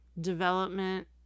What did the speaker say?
development